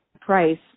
price